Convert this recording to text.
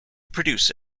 produce